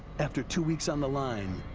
after two weeks on the line,